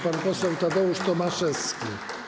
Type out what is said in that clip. Pan poseł Tadeusz Tomaszewski.